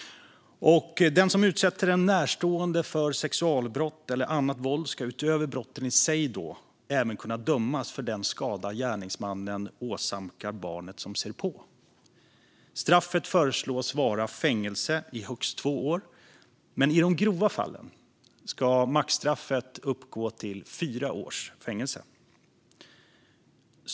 Den som utsätter en närstående för sexualbrott eller annat våld ska utöver brotten i sig även kunna dömas för den skada som gärningsmannen åsamkar barnet som ser på. Straffet föreslås vara fängelse i högst två år, men i de grova fallen ska maxstraffet uppgå till fyra års fängelse.